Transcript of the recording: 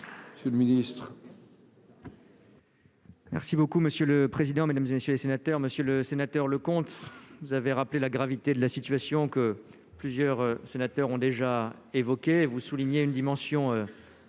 c'est le ministre. Merci beaucoup monsieur le président, Mesdames et messieurs les sénateurs, Monsieur le Sénateur, le compte, vous avez rappelé la gravité de la situation que plusieurs sénateurs ont déjà évoqué, vous soulignez une dimension humanitaire